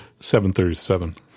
737